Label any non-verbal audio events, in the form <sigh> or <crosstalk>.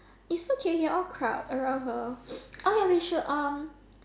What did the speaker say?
is okay we all crowd around her <noise> okay we should um